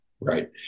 Right